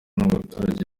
n’abaturage